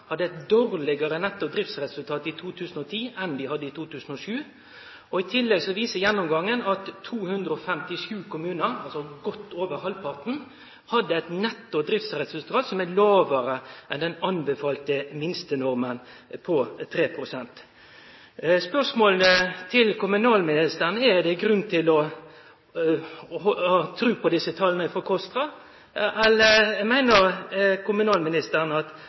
hadde eit dårlegare netto driftsresultat i 2010 enn dei hadde i 2007. I tillegg viser gjennomgangen at 257 kommunar – altså godt over halvparten – hadde eit netto driftsresultat som var lågare enn den anbefalte minstenormen på 3 pst. Spørsmålet til kommunalministeren er: Er det grunn til å tru på desse tala frå KOSTRA, eller meiner kommunalministeren at